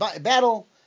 battle